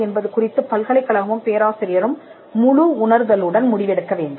என்பது குறித்துப் பல்கலைக்கழகமும் பேராசிரியரும் முழு உணர்தலுடன் முடிவெடுக்க வேண்டும்